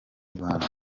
rwanda